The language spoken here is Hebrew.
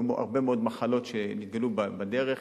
היו הרבה מאוד מחלות שהתגלו בדרך,